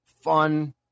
fun